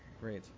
Great